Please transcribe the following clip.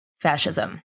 fascism